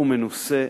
הוא מנוסה,